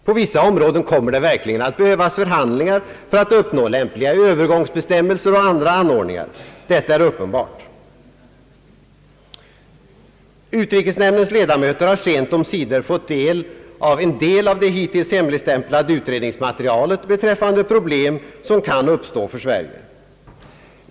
På vissa områden kommer det verkligen att behövas förhandlingar för att uppnå lämpliga övergångsbestämmelser och andra anordningar; det är uppenbart. Utrikesnämndens ledamöter har sent omsider fått tillgång till en del av det hittills hemligstämplade utredningsmaterialet beträffande problem som kan uppstå för Sverige.